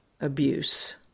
abuse